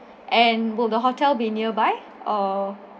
and will the hotel be nearby or